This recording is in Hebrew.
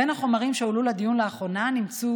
בין החומרים שהועלו לדיון לאחרונה נמצאו